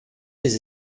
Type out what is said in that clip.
les